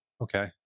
Okay